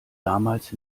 damals